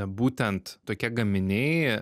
būtent tokie gaminiai